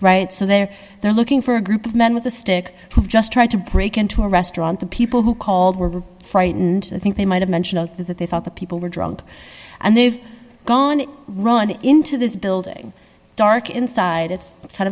right so they're they're looking for a group of men with a stick of just trying to break into a restaurant the people who called were frightened i think they might have mentioned that they thought the people were drunk and they've gone run into this building dark inside it's kind